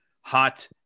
hot